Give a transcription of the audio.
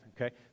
okay